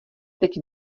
teď